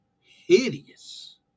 hideous